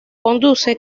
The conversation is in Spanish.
conduce